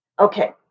Okay